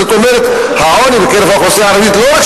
זאת אומרת, העוני בקרב האוכלוסייה הערבית לא רק